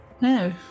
No